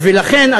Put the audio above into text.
ולכן,